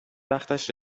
وقتش